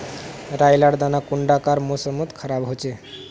राई लार दाना कुंडा कार मौसम मोत खराब होचए?